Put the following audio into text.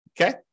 Okay